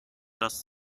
das